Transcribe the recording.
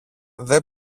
δεν